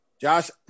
Josh